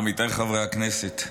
עמיתיי חברי הכנסת,